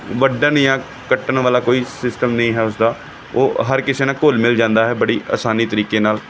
ਵੱਢਣ ਜਾਂ ਕੱਟਣ ਵਾਲਾ ਕੋਈ ਸਿਸਟਮ ਨਹੀਂ ਹੈ ਉਸਦਾ ਉਹ ਹਰ ਕਿਸੇ ਨਾਲ ਘੁੱਲ ਮਿਲ ਜਾਂਦਾ ਹੈ ਬੜੀ ਅਸਾਨੀ ਤਰੀਕੇ ਨਾਲ